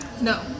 No